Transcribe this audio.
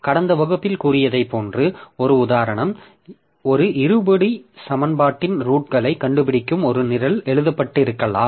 கடந்த வகுப்பில் கூறியதைப் போன்ற ஒரு உதாரணம் ஒரு இருபடி சமன்பாட்டின் ரூட்களைக் கண்டுபிடிக்கும் ஒரு நிரல் எழுதப்பட்டிருக்கலாம்